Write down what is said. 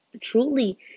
truly